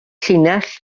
llinell